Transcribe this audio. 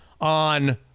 on